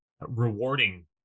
rewarding